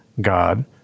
God